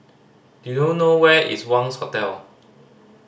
do you know where is Wangz Hotel